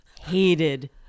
hated